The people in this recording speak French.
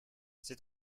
c’est